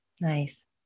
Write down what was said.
Nice